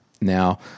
Now